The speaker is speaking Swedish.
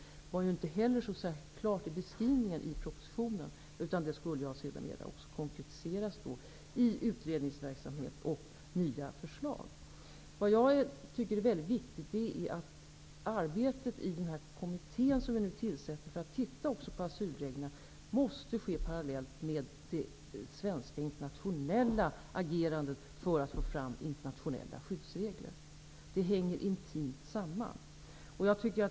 Detta beskrevs inte heller särskilt klart i propositionen. Det skulle sedermera konkretiseras i utredningsverksamhet och genom nya förslag. Arbetet i den kommitté som vi har tillsatt, och som också skall se över asylreglerna, måste ske parallellt med det svenska internationella agerandet för att få fram internationella skyddsregler. Det hänger intimt samman.